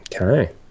Okay